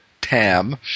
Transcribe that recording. Tam